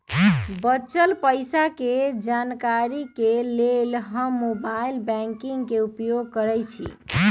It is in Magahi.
बच्चल पइसा के जानकारी के लेल हम मोबाइल बैंकिंग के उपयोग करइछि